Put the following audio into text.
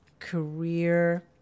Career